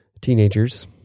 teenagers